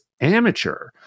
amateur